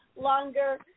longer